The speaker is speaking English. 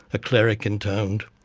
a cleric intoned,